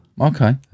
Okay